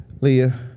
Leah